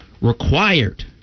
required